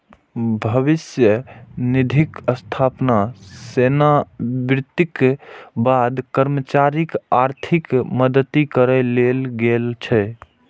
भविष्य निधिक स्थापना सेवानिवृत्तिक बाद कर्मचारीक आर्थिक मदति करै लेल गेल छै